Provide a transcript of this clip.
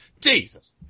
Jesus